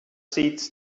seats